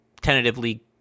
tentatively